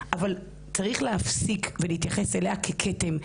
אבל צריך להפסיק ולהתייחס אליה כאל כתם,